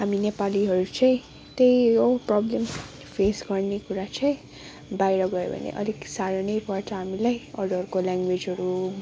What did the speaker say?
हामी नेपालीहरू चाहिँ त्यही हो प्रब्लम फेस गर्ने कुरा चाहिँ बहिर गयो भने अलिक साह्रो नै पर्छ हामीलाई अरूहरूको ल्याङ्गवेजहरू